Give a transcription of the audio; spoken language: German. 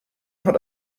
hat